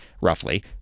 roughly